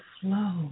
flow